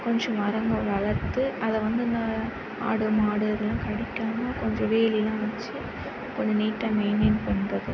கொஞ்சம் மரங்கள் வளர்த்து அதை வந்து இந்த ஆடு மாடு அதெல்லாம் கடிக்காமல் கொஞ்சம் வேலியெலாம் வச்சு கொஞ்சம் நீட்டாக மெயின்டேன் பண்ணுறது